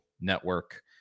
Network